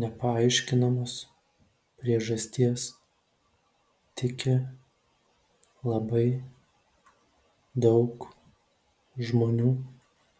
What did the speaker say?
nepaaiškinamos priežasties tiki labai daug žmonių